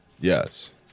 Yes